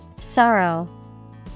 Sorrow